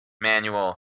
manual